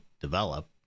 develop